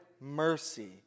mercy